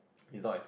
it's not as